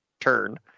turn